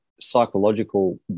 psychological